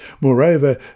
Moreover